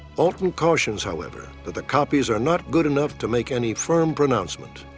alton cautions, however, that the copies are not good enough to make any firm pronouncement.